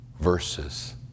verses